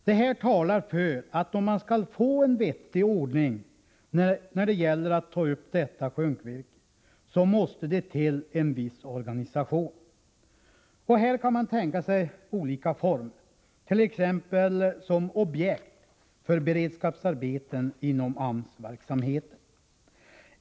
Detta talar för att om man skall få en vettig ordning när det gäller att ta upp detta sjunkvirke så måste det till en viss organisation. Här kan man tänka sig olika former, t.ex. som objekt för beredskapsarbeten inom AMS-verksamheten.